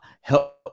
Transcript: help